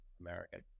American